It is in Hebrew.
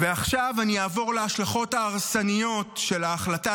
ועכשיו אני אעבור להשלכות ההרסניות של ההחלטה